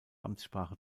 amtssprache